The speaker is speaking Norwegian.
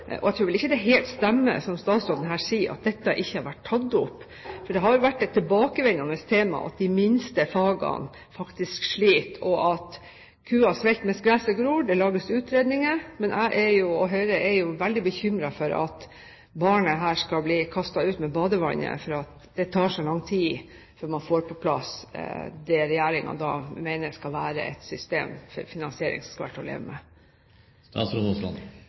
Jeg tror vel ikke det helt stemmer, som statsråden her sier, at dette ikke har vært tatt opp. Det har jo vært et tilbakevendende tema at de minste fagene sliter – kua sulter mens gresset gror. Det lages utredninger, men jeg – og Høyre – er veldig bekymret for at barnet her skal bli kastet ut med badevannet, fordi det tar så lang tid før man får på plass det Regjeringen mener skal være et